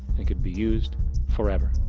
it could be used forever.